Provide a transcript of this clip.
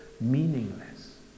meaningless